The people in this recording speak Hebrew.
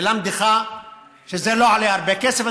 ללמדך שזה לא עולה הרבה כסף.